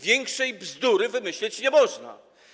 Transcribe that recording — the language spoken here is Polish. Większej bzdury wymyśleć nie można.